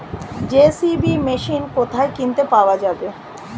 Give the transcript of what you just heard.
JCB machine কোথায় কিনতে পাওয়া যাবে?